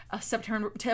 September